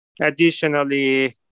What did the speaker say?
Additionally